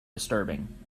disturbing